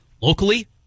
locally